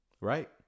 right